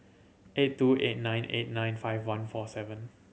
eight two eight nine eight nine five one four seven